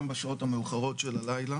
גם בשעות המאוחרות של הלילה